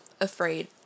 afraid